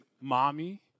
mommy